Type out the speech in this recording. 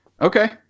Okay